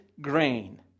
grain